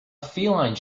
feline